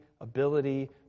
ability